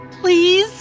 Please